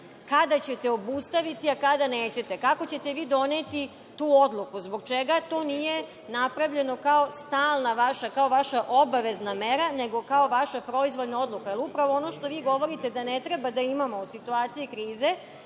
kada ćete obustaviti, a kada nećete? Kako ćete vi doneti tu odluku? Zbog čega to nije napravljeno kao vaša obavezna mera, nego kao vaša proizvoljna odluka? Upravo ono što vi govorite, da ne treba da imamo situacije krize,